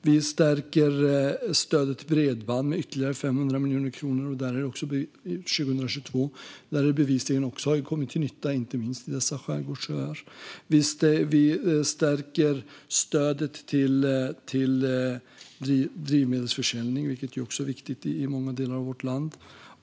Vi stärker stödet till bredband med ytterligare 500 miljoner kronor 2022. Detta har bevisligen också kommit till nytta inte minst för dessa skärgårdsöar. Vi stärker stödet till drivmedelsförsäljning, vilket också är viktigt i många delar av vårt land.